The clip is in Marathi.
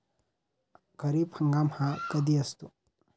खरीप हंगाम हा कधी असतो?